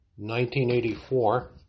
1984